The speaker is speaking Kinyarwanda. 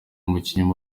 umukinnyi